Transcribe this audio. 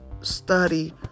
study